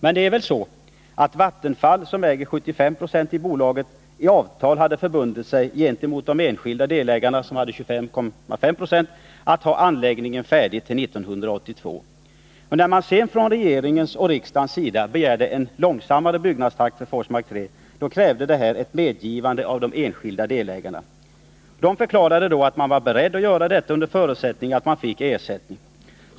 Men det är väl så att Vattenfall, som äger 74,5 Io i bolaget, i avtal hade förbundit sig gentemot de enskilda delägarna, som äger 25,5 20, att ha anläggningen färdig till 1982. När man så från regeringens och riksdagens sida begärde en långsammare utbyggnadstakt för Forsmark 3 krävde detta ett medgivande från de enskilda delägarna. De förklarade att de var beredda att gå med på detta under förutsättning att de fick ersättning.